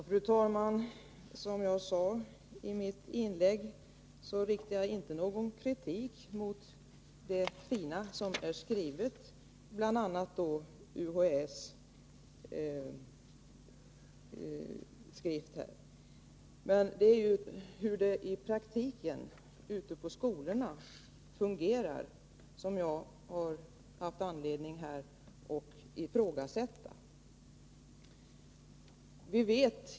Fru talman! Som jag sade i mitt inlägg riktar jag inte någon kritik mot vad UHÄ så fint har framfört i sin skrift. Men det är hur arbetet i praktiken fungerar ute på skolorna som jag har haft anledning att ifrågasätta.